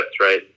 right